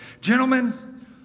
Gentlemen